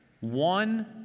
one